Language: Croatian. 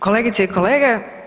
Kolegice i kolege.